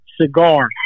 Cigar